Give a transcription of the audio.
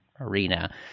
arena